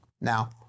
Now